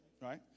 right